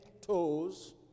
toes